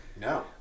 no